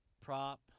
Prop